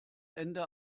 ende